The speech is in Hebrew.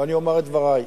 ואני אומר את דברי.